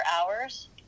hours